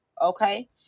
Okay